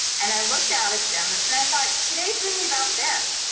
and i looked out at them and and i thought, today's really about them.